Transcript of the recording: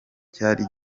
cyari